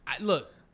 Look